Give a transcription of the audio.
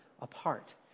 apart